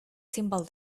simple